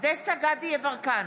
דסטה גדי יברקן,